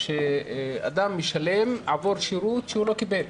שאדם משלם עבור שירות שהוא לא מקבל.